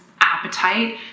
appetite